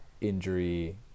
injury